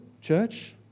church